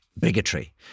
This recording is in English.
bigotry